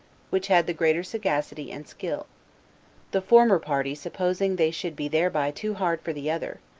which had the greater sagacity and skill the former party supposing they should be thereby too hard for the other,